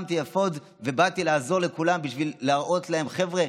שמתי אפוד ובאתי לעזור לכולם כדי להראות להם: חבר'ה,